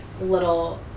little